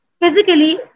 physically